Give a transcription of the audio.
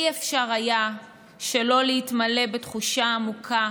לא היה אפשר שלא להתמלא בתחושה עמוקה